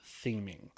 theming